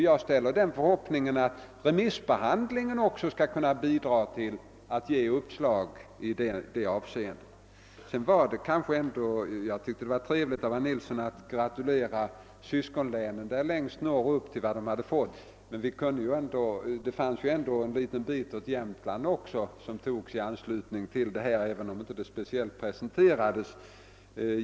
Jag hyser den förhoppningen att remissbehandlingen också skall kunna bidra till att ge uppslag i det avseendet. Jag tyckte att det var trevligt när herr Nilsson gratulerade syskonlänen längst i norr till vad de hade fått, men det fanns ju ändå en liten bit åt Jämtland också, även om den inte presenterades speciellt.